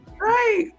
right